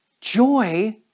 joy